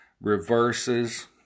reverses